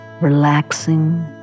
relaxing